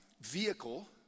vehicle